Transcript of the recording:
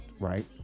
right